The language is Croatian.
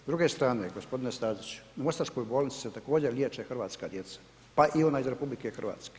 S druge strane g. Staziću, u Mostarskoj bolnici se također liječe hrvatska djeca, pa i ona iz RH.